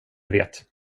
vet